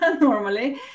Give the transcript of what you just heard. normally